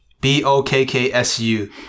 B-O-K-K-S-U